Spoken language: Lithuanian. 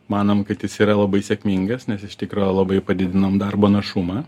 manom kad jis yra labai sėkmingas nes iš tikro labai padidinom darbo našumą